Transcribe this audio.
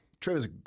Trevor's